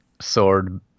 sword